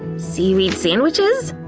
seaweed sandwiches?